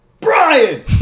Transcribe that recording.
Brian